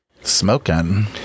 smoking